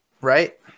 right